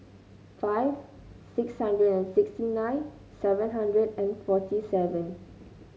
five six hundred and sixty nine seven hundred and forty seven